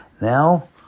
Now